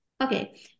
Okay